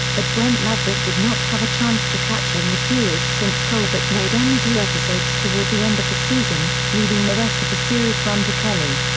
but brent maverick did not have a chance to catch on with viewers since colbert made only two episodes toward the end of the season, leaving the rest of the series run to kelly.